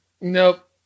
Nope